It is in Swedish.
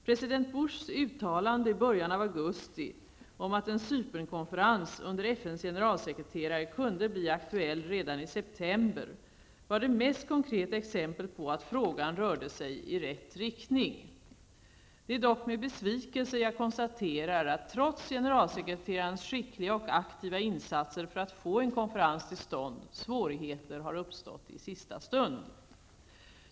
President Bushs uttalande i början av augusti om att en Cypernkonferens under FNs generalsekreterare kunde bli aktuell redan i september var det mest konkreta exemplet på att frågan rörde sig i rätt riktning. Det är dock med besvikelse jag konstaterar, att trots generalsekreterarens skickliga och aktiva insatser för att få en konferens till stånd, svårigheter har uppstått i sista stund.